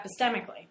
Epistemically